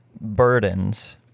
burdens